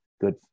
good